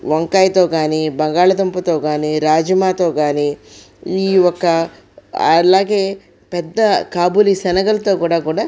వంకాయతో కానీ బంగాళాదుంపతో కానీ రాజ్మాతో కానీ ఈ ఒక అలాగే పెద్ద కాబూలీ సెనగలతో కూడా కూడా